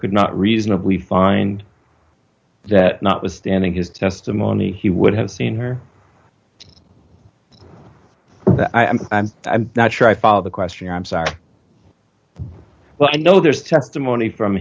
could not reasonably find that notwithstanding his testimony he would have seen her i'm i'm not sure i follow the question i'm sorry well i know there's testimony from